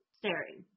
staring